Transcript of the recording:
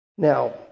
Now